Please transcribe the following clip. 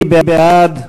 מי בעד?